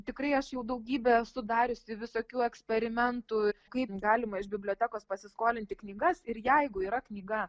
tikrai aš jau daugybę esu dariusi visokių eksperimentų kaip galima iš bibliotekos pasiskolinti knygas ir jeigu yra knyga